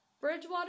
Bridgewater